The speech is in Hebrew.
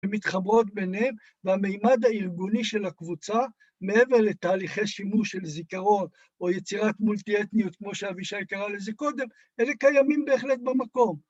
הן מתחברות ביניהן, והמימד הארגוני של הקבוצה, מעבר לתהליכי שימוש של זיכרון או יצירת מולטי-אתניות, כמו שאבישי קרא לזה קודם, אלה קיימים בהחלט במקום.